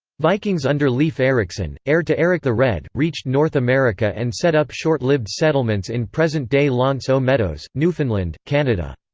vikings under leif ericson, heir to erik the red, reached north america and set up short-lived settlements in present-day l'anse aux meadows, newfoundland, canada.